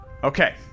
Okay